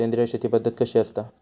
सेंद्रिय शेती पद्धत कशी असता?